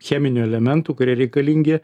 cheminių elementų kurie reikalingi